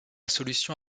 solution